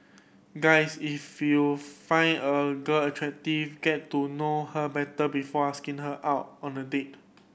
guys if you find a girl attractive get to know her better before asking her out on a date